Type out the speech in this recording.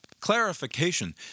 Clarification